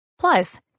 Plus